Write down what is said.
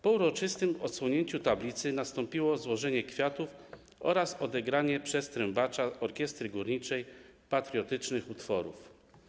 Po uroczystym odsłonięciu tablicy nastąpiło złożenie kwiatów oraz odegranie przez trębacza orkiestry górniczej patriotycznych utworów.